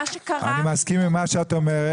אני מסכים עם מה שאת אומרת,